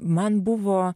man buvo